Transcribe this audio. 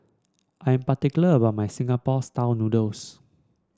I am particular about my Singapore style noodles